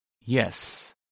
Yes